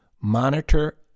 Monitor